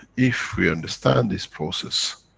if we understand this process,